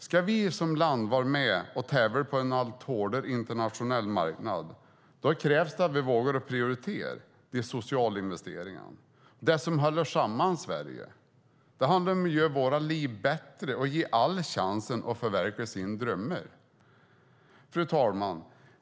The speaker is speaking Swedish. Ska vi som land vara med och tävla på en allt hårdare internationell marknad krävs det att vi vågar prioritera de sociala investeringarna - det som håller samman Sverige. Det handlar om att göra våra liv bättre och ge alla chansen att förverkliga sina drömmar. Fru talman!